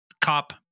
cop